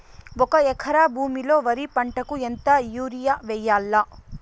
ఒక ఎకరా భూమిలో వరి పంటకు ఎంత యూరియ వేయల్లా?